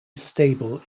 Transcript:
stable